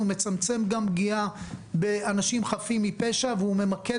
הוא מצמצם גם פגיעה באנשים חפים מפשע והוא ממקד